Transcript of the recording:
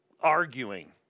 arguing